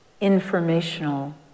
informational